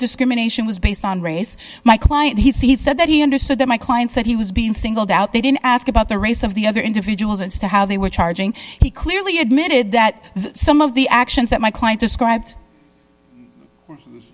discrimination was based on race my client he said that he understood that my client said he was being singled out they didn't ask about the race of the other individuals and so how they were charging he clearly admitted that some of the actions that my client described